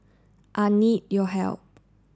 I need your help